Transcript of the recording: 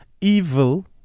evil